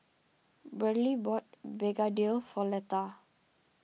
Briley bought Begedil for Letha